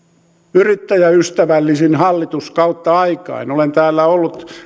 yrittäjäystävällisin hallitus kautta aikain olen täällä ollut